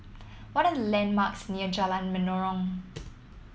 what are the landmarks near Jalan Menarong